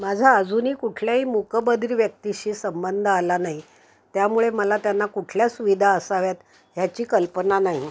माझा अजूनही कुठल्याही मुकबधीर व्यक्तीशी संबंध आला नाही त्यामुळे मला त्यांना कुठल्या सुविधा असाव्यात ह्याची कल्पना नाही